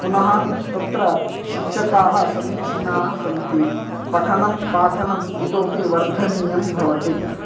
पुनः तत्र शिक्षकाः समीचिनाः सन्ति पठनं पाठनं इतोपि वर्धनीयं भवति